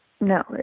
no